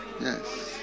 Yes